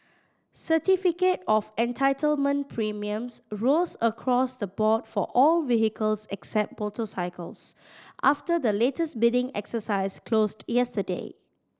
certificate of Entitlement premiums rose across the board for all vehicles except motorcycles after the latest bidding exercise closed yesterday